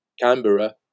Canberra